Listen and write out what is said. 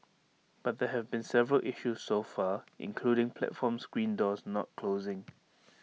but there have been several issues so far including platform screen doors not closing